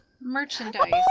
Merchandise